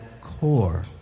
core